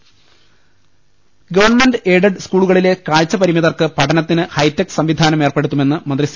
രുട്ട്ട്ട്ട്ട്ട്ട്ട്ട government aided സ്കൂളുകളിലെ കാഴ്ച പരിമിതർക്ക് പഠനത്തിന് ഹൈടെക് സംവിധാനം ഏർപ്പെടുത്തുമെന്ന് മന്ത്രി സി